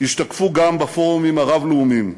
ישתקפו גם בפורומים הרב-לאומיים.